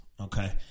Okay